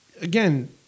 again